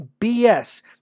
bs